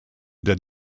did